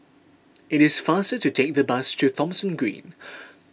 it is faster to take the bus to Thomson Green